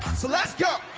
so let's go